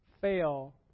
fail